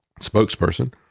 spokesperson